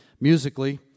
musically